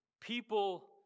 People